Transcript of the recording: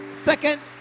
Second